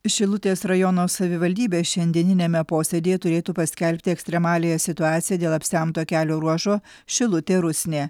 šilutės rajono savivaldybė šiandieniniame posėdyje turėtų paskelbti ekstremaliąją situaciją dėl apsemto kelio ruožo šilutė rusnė